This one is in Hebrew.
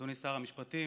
אדוני שר המשפטים,